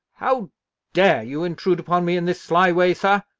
how dare you intrude upon me in this sly way, sir?